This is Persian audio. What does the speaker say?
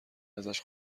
ازش